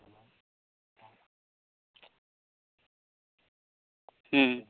ᱦᱩᱸ